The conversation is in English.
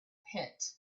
pit